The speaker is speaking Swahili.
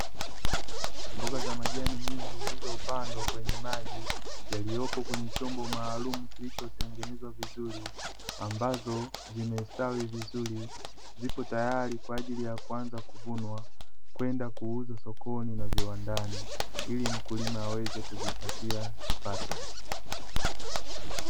Mboga za majani nyingi zilizopandwa kwenye maji, yaliyopo kwenye chombo maalumu kilichotengenezwa vizuri, ambazo zimestawi vizuri, zipo tayari kwa ajili ya kuanza kuvunwa kwenda kuuza sokoni na viwandani ili mkulima aweze kujipatia kipato.